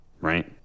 right